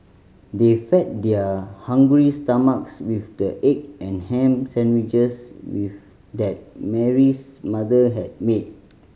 they fed their hungry stomachs with the egg and ham sandwiches with that Mary's mother had made